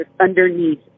underneath